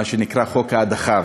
מה שנקרא חוק ההדחה.